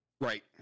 right